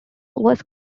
was